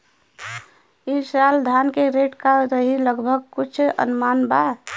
ई साल धान के रेट का रही लगभग कुछ अनुमान बा?